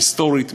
היסטורית,